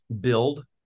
build